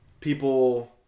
people